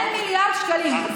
2 מיליארד שקלים.